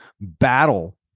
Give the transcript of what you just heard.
battle